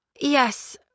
Yes